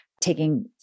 taking